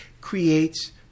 creates